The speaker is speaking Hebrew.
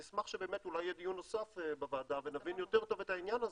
אני אשמח שיהיה דיון נוסף בוועדה ונבין יותר טוב את העניין,